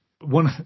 One